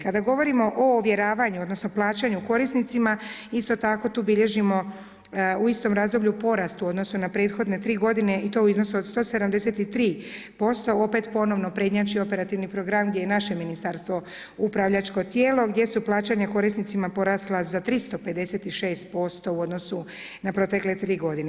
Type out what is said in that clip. Kada govorimo o ovjeravanju odnosno plaćanju korisnicima isto tako tu bilježimo u istom razdoblju porast u odnosu na prethodne tri godine i to u iznosu od 173%, opet ponovno prednjači operativni program gdje je naše ministarstvo upravljačko tijelo, gdje su plaćanja korisnicima porasla za 356% u odnosu na protekle tri godine.